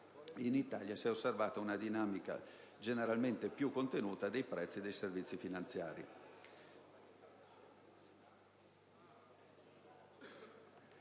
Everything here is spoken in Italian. in Italia si è osservata una dinamica generalmente più contenuta dei prezzi dei servizi finanziari.